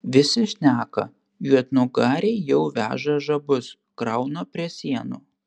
visi šneka juodnugariai jau veža žabus krauna prie sienų